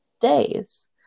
days